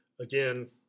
again